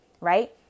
right